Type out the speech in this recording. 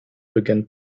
began